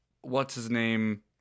what's-his-name